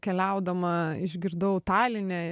keliaudama išgirdau taline